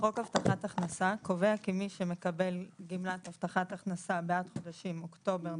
חוק הבטחת הכנסה קובע כי מי שמקבל גמלת הבטחת הכנסה בעד חודשים אוקטובר,